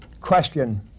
question